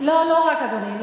לא רק, אדוני.